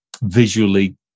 visually